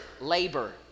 labor